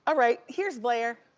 ah right, here's blair.